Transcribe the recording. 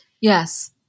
yes